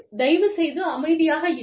தயவுசெய்து அமைதியாக இருங்கள்